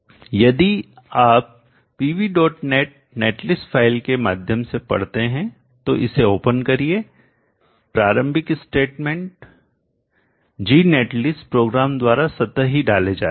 तो यदि आप pvnet नेटलिस्ट फाइल के माध्यम से पढ़ते हैं तो इसे ओपन करिए प्रारंभिक स्टेटमेंट कथन gnetlist प्रोग्राम द्वारा स्वतः ही डाले जाते हैं